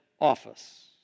office